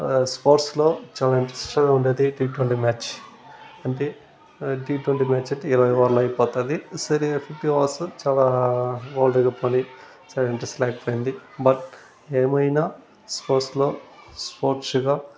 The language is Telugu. స్పోర్ట్స్లో చాలా ఇంట్రెస్ట్గా ఉండేది టి ట్వంటీ మ్యాచ్ అంటే టి ట్వంటీ మ్యాచ్ అయితే ఇరవై ఓవర్లో అయిపోతుంది సరే ఫిఫ్టీ ఓవర్స్ చాలా వరల్డ్ కప్ అని సరిగ్గా ఇంట్రెస్ట్ లేక పోయింది బట్ ఏమైనా స్పోర్ట్స్లో స్పోర్ట్స్గా